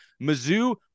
Mizzou